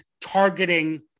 targeting